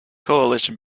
coalition